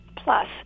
Plus